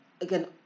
again